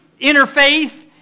interfaith